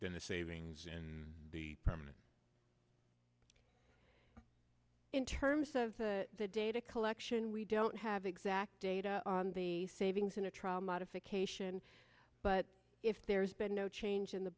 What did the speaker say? than the savings in the permanent in terms of the data collection we don't have exact data on the savings in a trial modification but if there's been no change in the